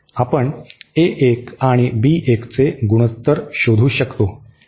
आपण ए 1 आणि बी 1 चे गुणोत्तर शोधू शकतो